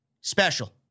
special